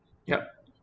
yup